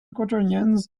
quaternions